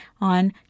on